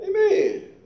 Amen